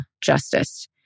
justice